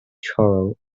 choral